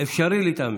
אפשרי להתאמן.